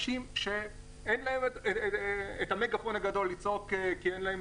השקופים שאין להם מגפון גדול לצעוק כי אין להם